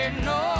No